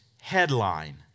headline